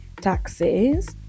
taxes